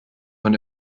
man